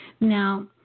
Now